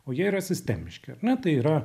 o jie yra sistemiški na tai yra